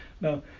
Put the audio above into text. Now